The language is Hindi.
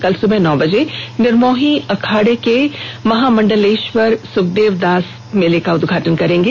कल सुबह नौ बजे निर्मोही अखाड़ा के महामंडलेश्वर सुखदेव दास मेला का उद्घाटन करेंगे